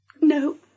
No